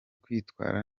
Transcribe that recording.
kwitwara